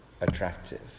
attractive